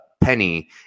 Penny